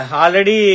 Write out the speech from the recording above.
already